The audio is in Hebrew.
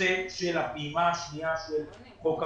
הנושא של הפעימה השנייה של חוק המזומן,